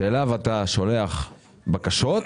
שאליו אתה שולח בקשות,